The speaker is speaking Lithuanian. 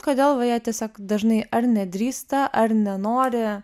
kodėl va jie tiesiog dažnai ar nedrįsta ar nenori